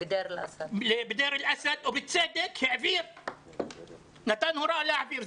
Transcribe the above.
בדיר אל אסד, נתן הוראה להעביר.